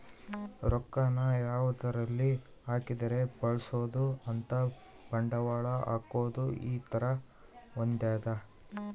ರೊಕ್ಕ ನ ಯಾವದರಲ್ಲಿ ಹಾಕಿದರೆ ಬೆಳ್ಸ್ಬೊದು ಅಂತ ಬಂಡವಾಳ ಹಾಕೋದು ಈ ತರ ಹೊಂದ್ಯದ